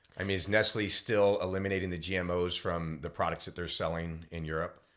um is nestle still eliminating the gmos from the products that they're selling in europe?